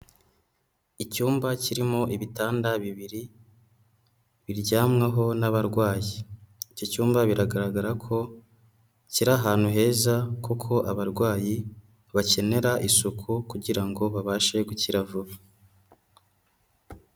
Icyumba kirimo ibitanda bibiri biryamweho n'abarwayi, icyo cyumba biragaragara ko kiri ahantu heza kuko abarwayi bakenera isuku kugira ngo babashe gukira vuba.